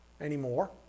anymore